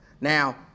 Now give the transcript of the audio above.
Now